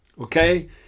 Okay